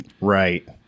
Right